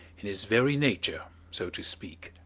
in his very nature, so to speak.